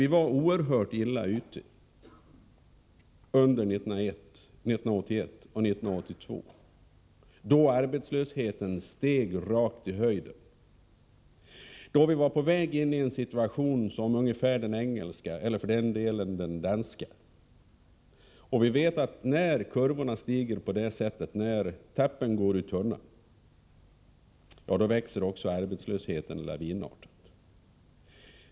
Vi var oerhört illa ute under åren 1981 och 1982 då arbetslösheten rakade i höjden, då vi var på väg in i en situation liknande den engelska — och för den delen också den danska. Det är bekant att när kurvorna stiger på det sättet, när tappen går ur tunnan, växer också arbetslösheten lavinartat.